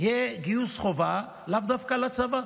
יהיה גיוס חובה לאו דווקא לצבא,